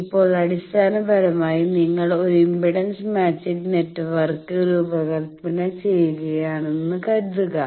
ഇപ്പോൾ അടിസ്ഥാനപരമായി നിങ്ങൾ ഒരു ഇംപെഡൻസ് മാച്ചിംഗ് നെറ്റ്വർക്ക് രൂപകൽപ്പന ചെയ്യുകയാണെന്ന് കരുതുക